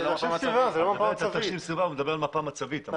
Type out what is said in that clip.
זאת לא מפה מצבית.